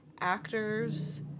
actors